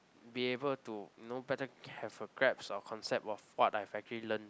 be able to you know better have a grasp or concept of what I've actually learnt